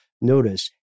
Notice